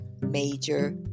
Major